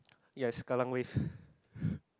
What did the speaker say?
yes kallang Wave